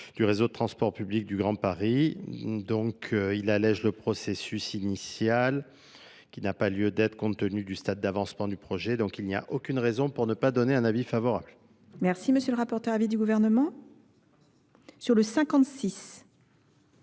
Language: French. du réseau de transport du grand paris donc il allège le processus initial qui n'a pas lieu d'être compte tenu du stade d'avancement du projet donc il n'y a aucune raison pour ne pas donner un avis favorable monsieur le rapporteur avis du gouvernement sur le